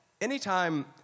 anytime